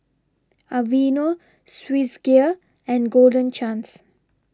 Aveeno Swissgear and Golden Chance